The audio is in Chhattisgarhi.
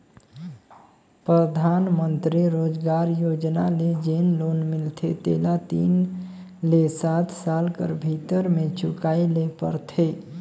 परधानमंतरी रोजगार योजना ले जेन लोन मिलथे तेला तीन ले सात साल कर भीतर में चुकाए ले परथे